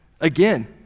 Again